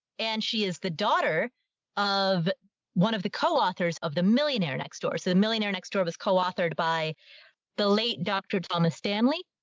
and she is the daughter of one of the coauthors of the millionaire next door. so the millionaire next door was coauthored by the late dr. thomas stanley,